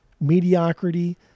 mediocrity